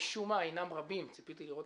שמשום מה אינם רבים ציפיתי לראות